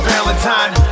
Valentine